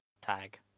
tag